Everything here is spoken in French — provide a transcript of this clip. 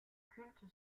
culte